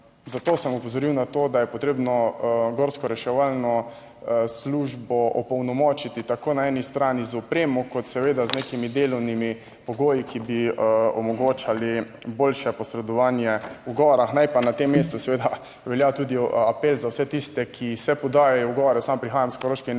Zato sem opozoril na to, da je potrebno gorsko reševalno službo opolnomočiti, tako na eni strani z opremo kot seveda z nekimi delovnimi pogoji, ki bi omogočali boljše posredovanje v gorah. Naj pa na tem mestu seveda velja tudi apel za vse tiste, ki se podajajo v gore. Sam prihajam s Koroške in